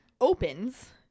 opens